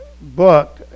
book